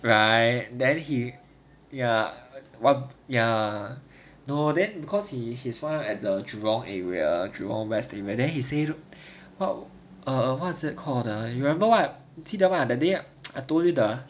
right then he ya what ya no then because he he is found at the jurong area jurong west area then he say what err what's it called !huh! remember what 你记得吗 that day I told you the